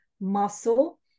muscle